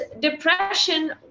depression